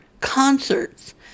Concerts